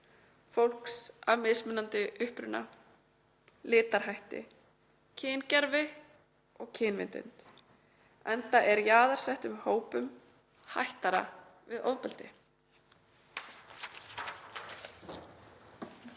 fólks af mismunandi uppruna, litarhætti, kyngervi, kynvitund, enda er jaðarsettum hópum hættara við ofbeldi.